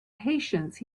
patience